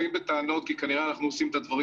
באים בטענות כי כנראה אנחנו עושים את הדברים